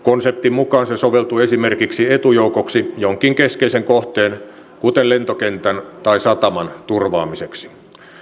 konseptin mukaan se soveltuu esimerkiksi etujoukoksi jonkin keskeisen kohteen kuten lentokentän tai sataman turvaamiseksi